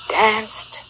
danced